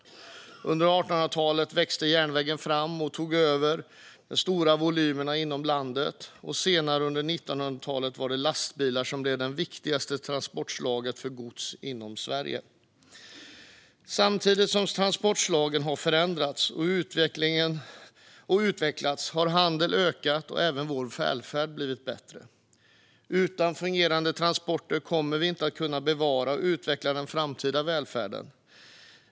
Under 1800-talet växte järnvägen fram och tog över de stora volymerna inom landet, och senare under 1900-talet var det lastbil som blev det viktigaste transportslaget för gods inom Sverige. Samtidigt som transportslagen förändrats och utvecklats och handeln ökat har vår välfärd blivit bättre. Utan fungerande transporter kommer vi inte att kunna bevara och utveckla den framtida välfärden.